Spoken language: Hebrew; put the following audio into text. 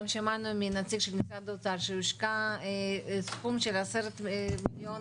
גם שמענו מנציג משרד האוצר שהושקע סכום של 10 מיליון